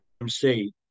MC